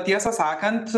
tiesą sakant